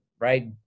right